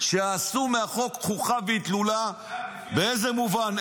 שעשו מהחוק חוכא ואטלולא, באיזה מובן?